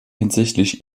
hinsichtlich